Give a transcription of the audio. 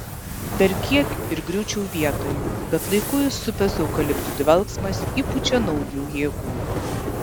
dar kiek ir griūčiau vietoj bet laiku įsupęs eukaliptų dvelksmas įpučia naujų jėgų